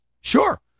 Sure